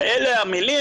ואלה המלים.